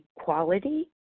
equality